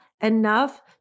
enough